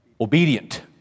Obedient